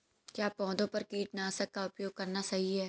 क्या पौधों पर कीटनाशक का उपयोग करना सही है?